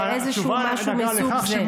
לאיזשהו משהו מסוג זה.